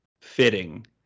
fitting